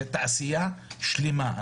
זו תעשייה שלמה.